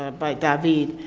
ah by david.